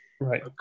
Right